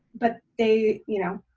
but they, you know,